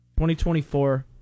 2024